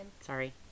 Sorry